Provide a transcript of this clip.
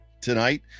tonight